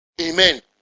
Amen